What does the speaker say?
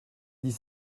dix